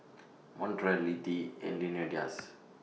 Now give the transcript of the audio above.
Montrell Littie and Leonidas